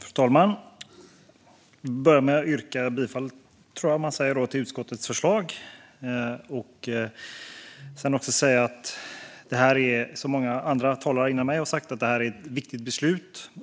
Fru talman! Jag vill börja med att yrka bifall till utskottets förslag och som många talare före mig säga att detta är ett viktigt beslut.